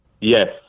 Yes